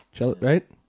Right